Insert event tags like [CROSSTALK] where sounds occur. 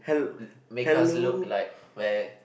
[NOISE] make us look like we're